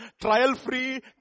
trial-free